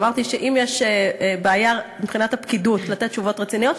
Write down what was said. ואמרתי שאם יש בעיה מבחינת הפקידות לתת תשובות רציניות,